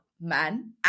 man